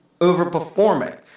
overperforming